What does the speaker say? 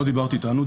לא דיברת איתנו,